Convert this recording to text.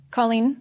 Colleen